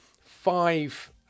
five